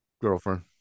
Girlfriend